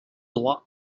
droit